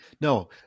No